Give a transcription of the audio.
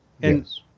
Yes